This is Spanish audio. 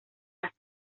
las